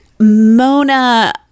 Mona